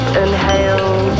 inhale